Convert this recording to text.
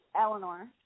Eleanor